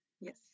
Yes